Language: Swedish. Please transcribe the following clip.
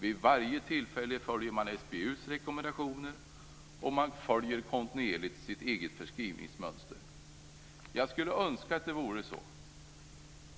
Vid varje tillfälle följer man SBU:s rekommendationer. Man följer kontinuerligt sitt eget förskrivningsmönster. Jag skulle önska att det vore så.